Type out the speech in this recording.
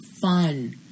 fun